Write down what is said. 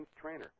trainer